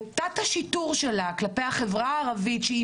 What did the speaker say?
ותת השיטור שלה כלפי החברה הערבית שהיא